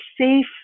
safe